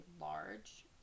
large